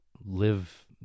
live